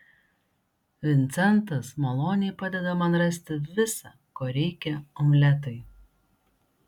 vincentas maloniai padeda man rasti visa ko reikia omletui